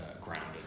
grounded